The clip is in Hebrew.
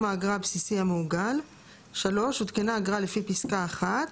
האגרה הבסיסי המעוגל); (3) הותקנה אגרה לפי פסקה (1),